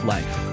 Life